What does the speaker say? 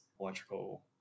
electrical